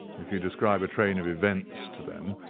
if you describe a train of events to them,